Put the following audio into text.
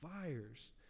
fires